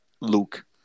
Luke